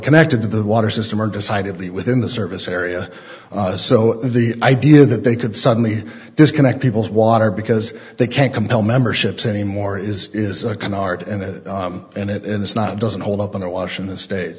connected to the water system are decidedly within the service area so the idea that they could suddenly disconnect people's water because they can't compel memberships anymore is is a canard and it and it is not doesn't hold up in a washington state